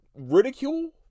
ridicule